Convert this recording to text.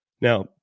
Now